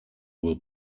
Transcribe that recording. will